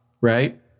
right